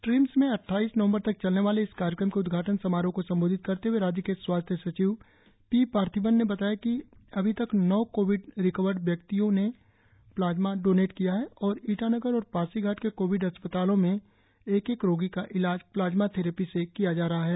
TRIMS में अड्डाईस नवंबर तक चलने वाले इस कार्यक्रम के उद्घाटन समारोह को संबोधित करते हए राज्य के स्वास्थ्य सचिव पी पार्थिबन ने बताया कि अभी तक नौ कोविड रिकवर्ड व्यक्तियों ने प्लाज्मा डोनेट किया है और ईटानगर और पासीघाट के कोविड अस्पतालों में एक एक रोगी का इलाज प्लाज्मा थेरेपी से किया जा रहा है